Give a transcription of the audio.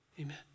amen